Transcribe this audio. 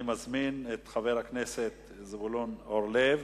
אני מזמין את חבר הכנסת זבולון אורלב,